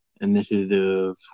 initiative